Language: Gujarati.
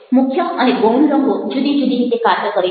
મુખ્ય અને ગૌણ રંગો જુદી જુદી રીતે કાર્ય કરે છે